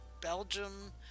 belgium